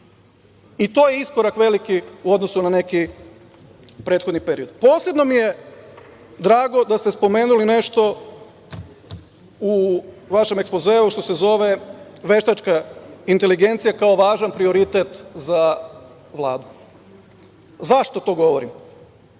I to je iskorak veliki u odnosu na neki prethodni period. Posebno mi je drago da ste spomenuli nešto u vašem ekspozeu što se zove veštačka inteligencija koja je važan prioritet za Vladu.Zašto to govorim?